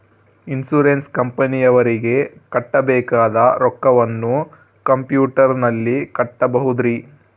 Insurance ಕಂಪನಿಯವರಿಗೆ ಕಟ್ಟಬೇಕಾದ ರೊಕ್ಕವನ್ನು ಕಂಪ್ಯೂಟರನಲ್ಲಿ ಕಟ್ಟಬಹುದ್ರಿ?